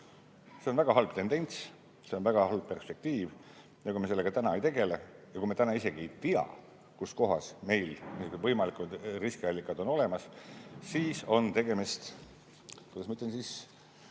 See on väga halb tendents, see on väga halb perspektiiv. Kui me sellega täna ei tegele ja kui me täna isegi ei tea, kuskohas meil võimalikud riskiallikad on, siis on tegemist, kuidas ma ütlen,